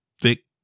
thick